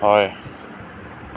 হয়